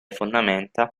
fondamenta